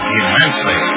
immensely